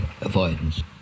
avoidance